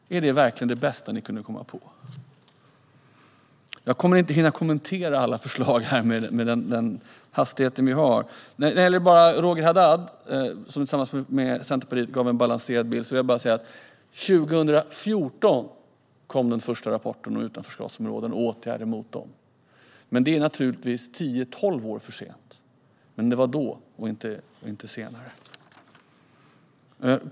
Är det verkligen det bästa ni kunde komma på? Roger Haddad gav tillsammans med Centerpartiet en balanserad bild. Jag vill bara säga att den första rapporten om utanförskapsområden och åtgärder mot dem kom 2014. Det är naturligtvis tio tolv år för sent. Men den kom då, inte senare.